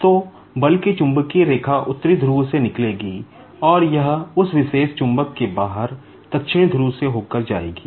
तो बल की चुंबकीय रेखा उत्तरी ध्रुव से निकलेगी और यह उस विशेष चुंबक के बाहर दक्षिणी ध्रुव से होकर जाएगी